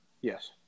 Yes